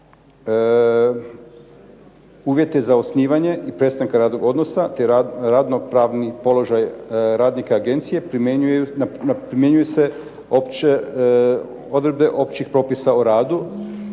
uvjete za osnivanje i prestanka radnog odnosa te radno-pravni položaj radnika agencije primjenjuju se odredbe općih propisa o radu